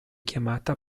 chiamata